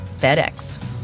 FedEx